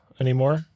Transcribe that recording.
anymore